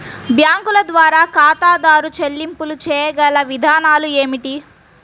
బ్యాంకుల ద్వారా ఖాతాదారు చెల్లింపులు చేయగల విధానాలు ఏమిటి?